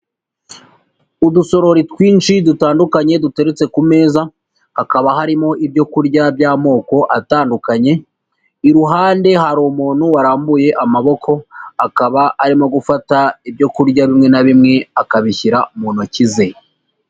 Udusorori twinshi dutandukanye duteretse ku meza, hakaba harimo ibyo kurya by'amoko atandukanye, iruhande hari umuntu warambuye amaboko, akaba arimo gufata ibyo kurya bimwe na bimwe akabishyira mu ntoki ze.